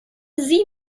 sie